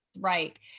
right